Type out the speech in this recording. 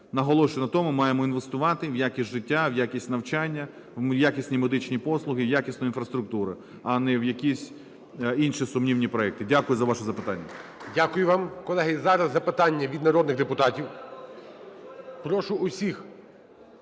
Наголошую на тому, маємо інвестувати в якість життя, в якість навчання, в якісні медичні послуги, якісну інфраструктуру, а не в якісь інші сумнівні проекти. Дякую за ваше запитання. ГОЛОВУЮЧИЙ. Дякую вам. Колеги, зараз запитання від народних депутатів. Прошу усіх,